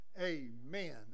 Amen